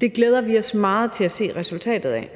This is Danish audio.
Det glæder vi os meget til at se resultatet af.